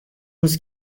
روز